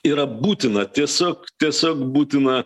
yra būtina tiesiog tiesiog būtina